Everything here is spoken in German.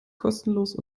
kostenlos